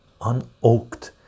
un-oaked